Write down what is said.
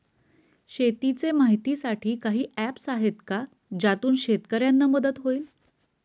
शेतीचे माहितीसाठी काही ऍप्स आहेत का ज्यातून शेतकऱ्यांना मदत होईल?